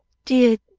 dear,